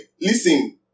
listen